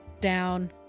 down